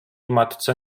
matce